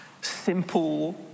simple